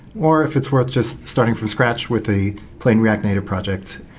or if it's worth just starting from scratch with a plain react native project.